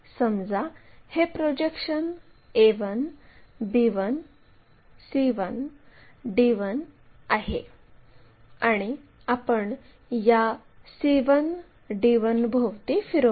समजा हे projection a1 b1 c1 d1 आहे आणि आपण या c1 d1 भोवती फिरवू